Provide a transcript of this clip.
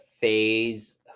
phase